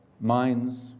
minds